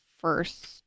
first